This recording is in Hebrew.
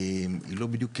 היא לא בדיוק נסגרה,